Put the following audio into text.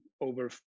over